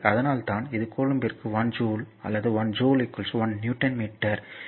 எனவே அதனால்தான் இது கூலம்பிற்கு 1 ஜூல் அல்லது 1 ஜூல் 1 நியூட்டன் மீட்டர்